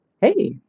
hey